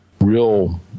real